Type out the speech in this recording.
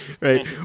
right